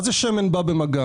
מה זה "שמן בא במגע"?